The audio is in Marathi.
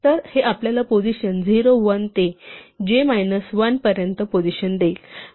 तर हे आपल्याला पोझिशन 0 1 ते j मायनस 1 पर्यंत पोझिशन देईल